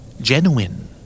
Genuine